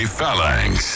Phalanx